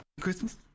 Christmas